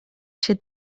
się